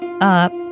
up